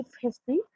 history